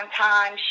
time